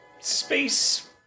space